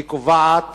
היא קובעת